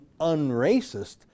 unracist